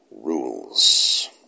rules